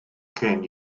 can